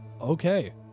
Okay